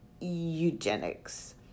eugenics